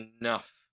enough